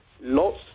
Lots